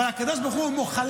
אבל הקדוש ברוך הוא מוחלן.